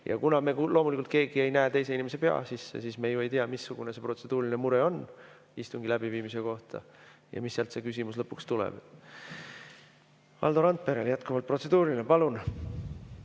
Kuna me loomulikult keegi ei näe teise inimese pea sisse, siis me ju ei tea, missugune see protseduuriline mure [seoses] istungi läbiviimisega on ja mis küsimus lõpuks tuleb. Valdo Randperel jätkuvalt protseduuriline. Palun!